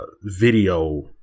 Video